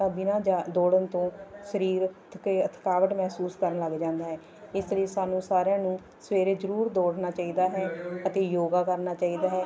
ਤਾਂ ਬਿਨਾ ਜਾ ਦੌੜਨ ਤੋਂ ਸਰੀਰ ਥਕੇ ਥਕਾਵਟ ਮਹਿਸੂਸ ਕਰਨ ਲੱਗ ਜਾਂਦਾ ਹੈ ਇਸ ਲਈ ਸਾਨੂੰ ਸਾਰਿਆਂ ਨੂੰ ਸਵੇਰੇ ਜ਼ਰੂਰ ਦੌੜਨਾ ਚਾਹੀਦਾ ਹੈ ਅਤੇ ਯੋਗਾ ਕਰਨਾ ਚਾਹੀਦਾ ਹੈ